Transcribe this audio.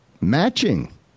matching